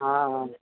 ହଁ ହଁ